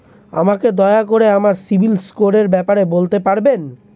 আমাকে দয়া করে আমার সিবিল স্কোরের ব্যাপারে বলতে পারবেন?